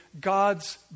God's